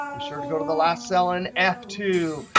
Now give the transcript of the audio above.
be sure to go to the last cell and f two.